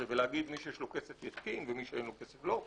ולהגיד מי שיש לו כסף יתקין ומי שאין לו כסף לא.